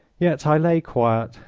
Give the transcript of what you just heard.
yet i lay quiet,